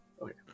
Okay